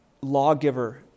lawgiver